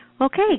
Okay